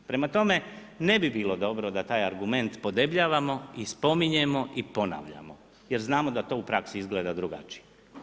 Prema tome, ne bi bilo dobro da taj argument podebljavamo i spominjemo i ponavljamo jer znamo da to u praksi izgleda drugačije.